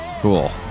Cool